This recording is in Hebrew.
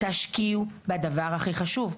תשקיעו בדבר הכי חשוב.